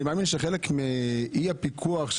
אני מאמין שחלק מאי הפיקוח,